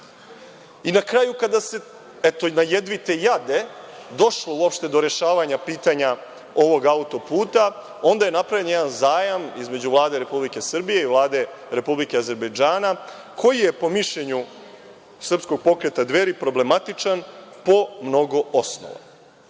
I, na kraju, kada se na jedvite jade došlo uopšte do rešavanja pitanja ovog autoputa, onda je napravljen jedan zajam između Vlade Republike Srbije i Vlade Republike Azerbejdžana, koji je po mišljenju srpskog pokreta Dveri problematičan po mnogo osnova.